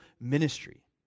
ministry